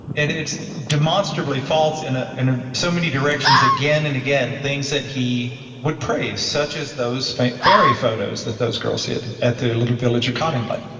and it's demonstrably false in ah in ah so many directions again and again, things that he would praise such as those fairy photos that those girls said and at the little village accordingly.